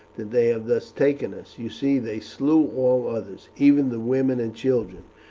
that they have thus taken us. you see they slew all others, even the women and children.